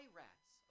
rats